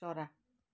चरा